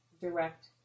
direct